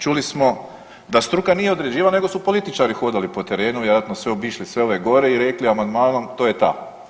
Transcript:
Čuli smo da struka nije određivala nego su političari hodali po terenu i vjerojatno su obišli sve ove gore i rekli amandmanom to je ta.